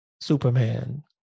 Superman